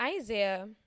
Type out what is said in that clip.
Isaiah